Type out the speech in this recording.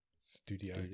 Studio